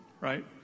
right